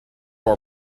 are